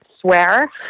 swear